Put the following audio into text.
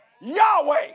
Yahweh